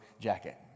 jacket